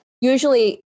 Usually